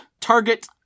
target